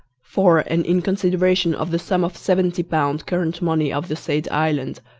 for and in consideration of the sum of seventy pounds current money of the said island,